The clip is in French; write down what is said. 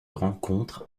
rencontre